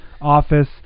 office